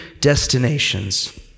destinations